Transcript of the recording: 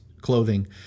clothing